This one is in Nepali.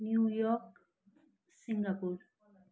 New York Singapore